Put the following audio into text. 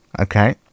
okay